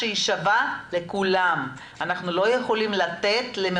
אנחנו יכולים לנסות לשכנע את האוצר אבל אין לנו יכולת